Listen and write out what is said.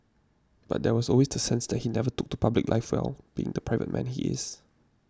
but there was always the sense that he never took to public life well being the private man he is